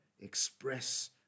express